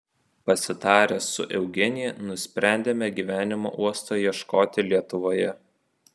pasitarę su eugenija nusprendėme gyvenimo uosto ieškoti lietuvoje